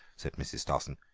said mrs. stossen.